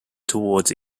towards